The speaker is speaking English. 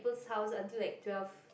people's house until like twelve